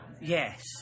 Yes